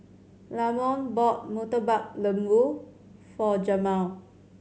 Lamont bought Murtabak Lembu for Jemal